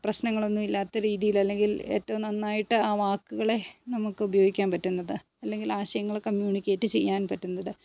പ്രശ്നങ്ങളൊന്നുമില്ലാത്ത രീതിയിൽ അല്ലെങ്കിൽ ഏറ്റവും നന്നായിട്ട് ആ വാക്കുകളെ നമുക്ക് ഉപയോഗിക്കാൻ പറ്റുന്നത് അല്ലെങ്കിൽ ആശയങ്ങളെ കമ്മ്യൂണിക്കേറ്റ് ചെയ്യാൻ പറ്റുന്നത്